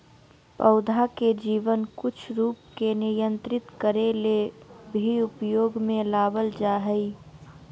पौधा के जीवन कुछ रूप के नियंत्रित करे ले भी उपयोग में लाबल जा हइ